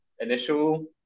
initial